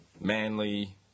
Manly